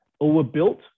overbuilt